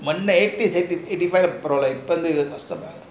one eighty five பரவலா இப்போ வந்து காஸ்டம் தான்:paravala ipo vanthu kaastam thaan